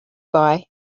bye